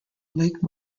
lake